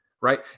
right